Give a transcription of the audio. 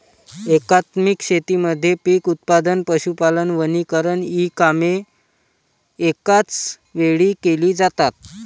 एकात्मिक शेतीमध्ये पीक उत्पादन, पशुपालन, वनीकरण इ कामे एकाच वेळी केली जातात